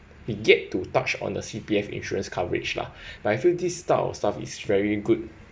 we get to touch on the C_P_F insurance coverage lah but I feel this type of stuff is very good